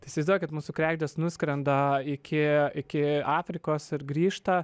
tai įsivaizduok mūsų kregždės nuskrenda iki iki afrikos ir grįžta